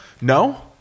No